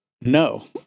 No